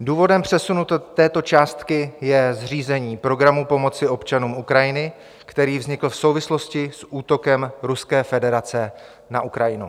Důvodem přesunu této částky je zřízení programu pomoci občanům Ukrajiny, který vznikl v souvislosti s útokem Ruské federace na Ukrajinu.